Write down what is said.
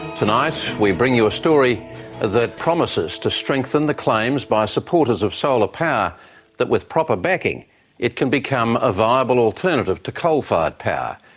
tonight we bring you a story that promises to strengthen the claims by supporters of solar power that with proper backing it can become a viable alternative to coal-fired power,